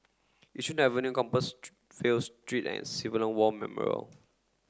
Yishun Avenue Street and Civilian War Memorial